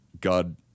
god